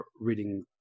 reading